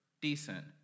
decent